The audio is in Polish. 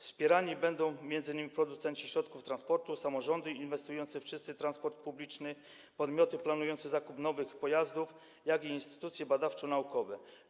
Wspierani będą m.in. producenci środków transportu, samorządy i inwestujące w czysty transport publiczny podmioty planujące zakup nowych pojazdów, a także instytucje badawczo-naukowe.